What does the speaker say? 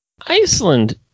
Iceland